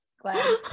Glad